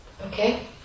Okay